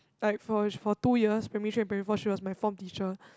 like for for two years primary three and primary four she was my form teacher